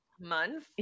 month